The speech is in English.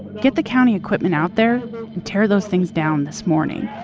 get the county equipment out there and tear those things down this morning.